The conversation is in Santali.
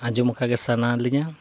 ᱟᱸᱡᱚᱢ ᱟᱠᱟ ᱜᱮ ᱥᱟᱱᱟᱞᱤᱧᱟ